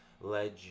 led